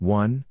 One